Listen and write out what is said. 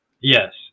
yes